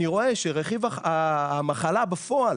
אני רואה שרכיב המחלה בפועל,